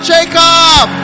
Jacob